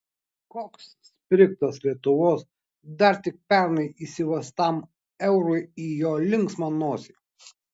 koks sprigtas lietuvos dar tik pernai įsivestam eurui į jo linksmą nosį